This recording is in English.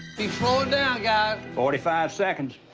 he's slowing down, guys. forty five seconds.